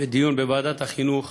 בדיון בוועדת החינוך,